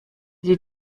die